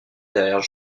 derrière